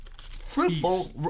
fruitful